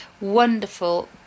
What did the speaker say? Wonderful